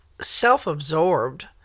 self-absorbed